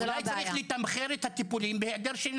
אני מציע לך להפסיק לקרוא לסדר.